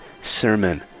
sermon